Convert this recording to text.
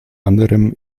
anderem